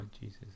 Jesus